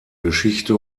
geschichte